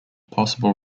possible